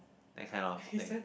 that kind of thing